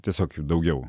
tiesiog jų daugiau